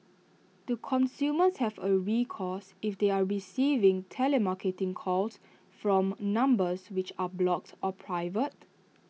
do consumers have A recourse if they are receiving telemarketing calls from numbers which are blocked or private